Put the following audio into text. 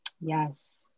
Yes